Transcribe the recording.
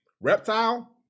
Reptile